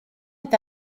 est